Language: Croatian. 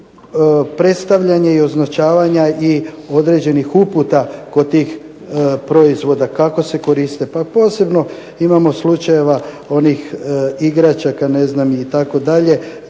predstavljanje i označavanja i određenih uputa kod tih proizvoda kako se koriste. Pa posebno imamo slučajeva onih igračaka ne